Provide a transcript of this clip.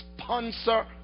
sponsor